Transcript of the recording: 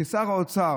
כשר האוצר